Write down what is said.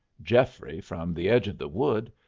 geoffrey, from the edge of the wood,